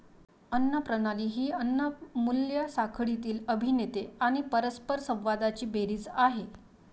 अन्न प्रणाली ही अन्न मूल्य साखळीतील अभिनेते आणि परस्परसंवादांची बेरीज आहे